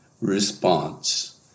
response